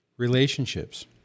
relationships